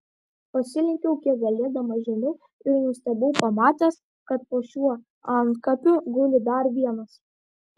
pasilenkiau kiek galėdamas žemiau ir nustebau pamatęs kad po šiuo antkapiu guli dar vienas